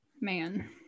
man